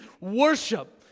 worship